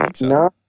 No